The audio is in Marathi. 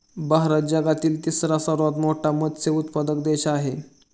भारत जगातील तिसरा सर्वात मोठा मत्स्य उत्पादक देश आहे